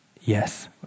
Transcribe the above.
yes